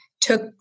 took